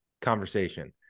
conversation